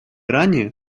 ранее